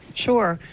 sure.